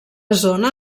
zona